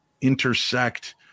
intersect